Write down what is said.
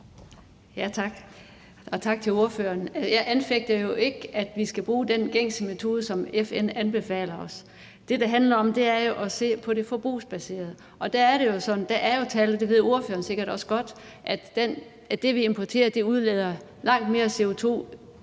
Tak. Og tak til ordføreren. Jeg anfægter jo ikke, at vi skal bruge den gængse metode, som FN anbefaler os. Det, det handler om, er jo at se på det forbrugsbaserede, og der er det jo sådan – der er jo tal, og det ved ordføreren sikkert også godt – at det, vi importerer, udleder langt mere CO2